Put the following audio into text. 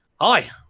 hi